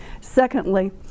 Secondly